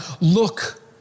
Look